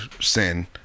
sin